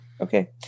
okay